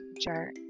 jerk